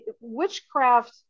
witchcraft